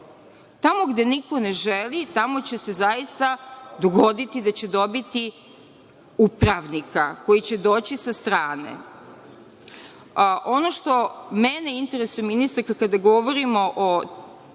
Tamo gde niko ne želi, tamo će se zaista dogoditi da će dobiti upravnika koji će doći sa strane. Ono što mene interesuje, ministarka, kada govorimo o